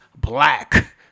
black